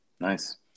Nice